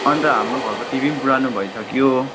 अन्त हाम्रो घरको टिभी पनि पुरानो भइसक्यो